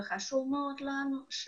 יש